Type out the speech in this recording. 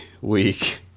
week